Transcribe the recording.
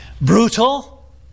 Brutal